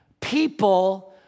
people